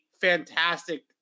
fantastic